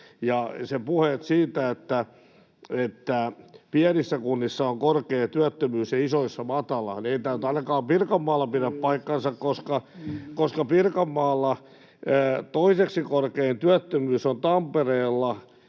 Puheet siitä, että pienissä kunnissa on korkea työttömyys ja isoissa matala, eivät nyt ainakaan Pirkanmaalla pidä paikkaansa, koska Pirkanmaalla toiseksi korkein työttömyys on Tampereella,